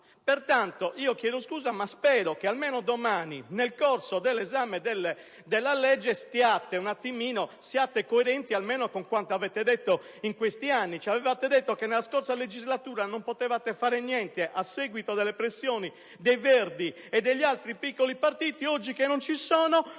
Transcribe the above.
Pertanto, chiedo scusa, ma spero che domani, nel corso dell'esame del provvedimento, siate coerenti almeno con quanto avete detto in questi anni. Ci avete detto che nella scorsa legislatura non potevate fare niente a seguito delle pressioni dei Verdi e degli altri piccoli partiti; oggi che non ci sono,